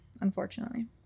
unfortunately